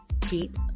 keep